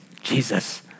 Jesus